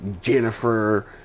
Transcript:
Jennifer